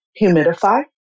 humidify